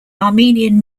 armenian